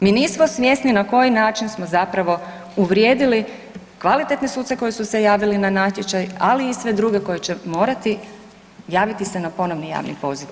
Mi nismo svjesni na koji način smo zapravo uvrijedili kvalitetne suce koji su se javili na natječaj ali i sve druge koji će morati javiti se na ponovni javni poziv.